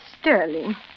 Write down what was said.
Sterling